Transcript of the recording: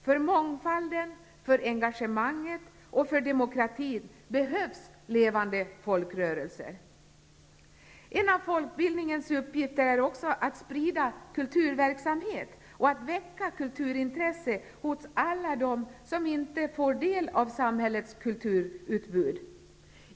För mångfalden, för engagemanget och för demokratin behövs levande folkrörelser. En av folkbildningens uppgifter är också att sprida kulturverksamhet och att väcka kulturintresse hos alla dem som inte får del av samhällets kulturutbud.